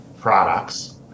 products